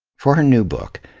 for her new book,